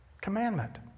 commandment